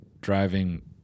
driving